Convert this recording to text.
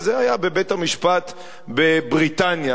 וזה היה בבית-המשפט בבריטניה.